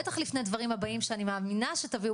בטח לפני דברים הבאים שאני מאמינה שתביאו